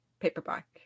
paperback